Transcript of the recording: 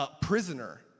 prisoner